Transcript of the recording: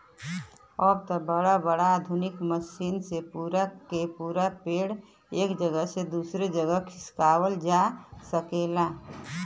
अब त बड़ा बड़ा आधुनिक मसीनन से पूरा क पूरा पेड़ एक जगह से दूसर जगह खिसकावत जा सकला